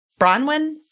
Bronwyn